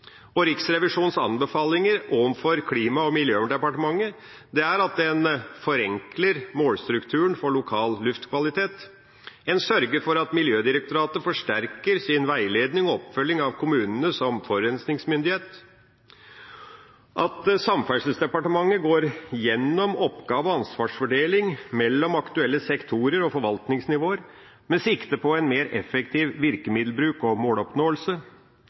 år. Riksrevisjonens anbefalinger overfor Klima- og miljødepartementet er at en forenkler målstrukturen for lokal luftkvalitet, sørger for at Miljødirektoratet forsterker sin veiledning og oppfølging av kommunene som forurensningsmyndighet, at Samferdselsdepartementet går gjennom oppgave- og ansvarsfordeling mellom aktuelle sektorer og forvaltningsnivåer, med sikte på en mer effektiv virkemiddelbruk og måloppnåelse,